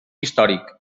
històric